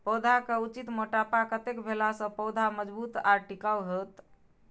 पौधा के उचित मोटापा कतेक भेला सौं पौधा मजबूत आर टिकाऊ हाएत?